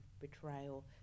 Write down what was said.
betrayal